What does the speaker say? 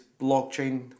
blockchain